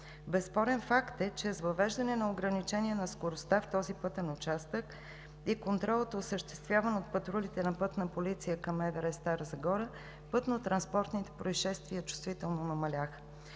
Безспорен факт е, че с въвеждане на ограничение на скоростта в този пътен участък и с контрола, осъществяван от патрулите на Пътна полиция към МВР – Стара Загора, пътнотранспортните произшествия чувствително намаляха.